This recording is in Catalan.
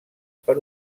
per